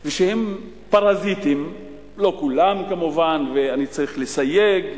ושהם פרזיטים, לא כולם כמובן, ואני צריך לסייג,